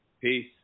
Peace